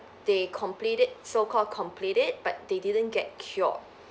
they complete it so called complete it but they didn't get cured